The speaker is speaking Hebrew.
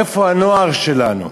איפה הנוער שלנו?